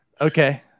Okay